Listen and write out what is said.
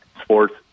sports